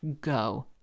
go